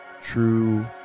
true